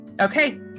Okay